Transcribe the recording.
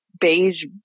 beige